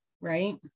right